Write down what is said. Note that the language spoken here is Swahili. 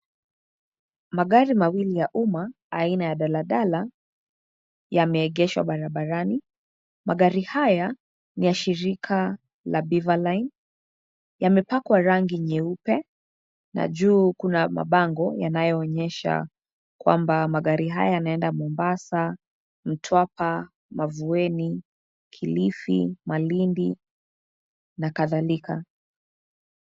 Magari mawili ya umma aina ya daladala yameegeshwa barabarani. Magari haya ni la shirika la Beaverline, yamepakwa rangi nyeupe na juu kuna mabango yanayoonyesha kwamba magari haya yanaenda Mombasa, Mtwapa, Mavueni, Kilifi, Malindi na kadhalika.